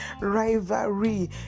rivalry